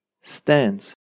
stands